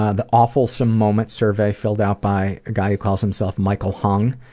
ah the awfulsome moments survey filled out by a guy who calls himself michaelhung.